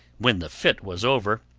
when the fit was over